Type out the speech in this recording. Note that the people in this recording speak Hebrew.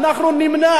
אנחנו נמנע.